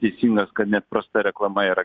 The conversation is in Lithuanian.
teisingas kad net prasta reklama yra